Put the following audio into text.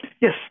Yes